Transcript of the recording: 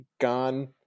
gone